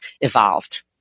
evolved